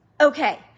Okay